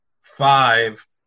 five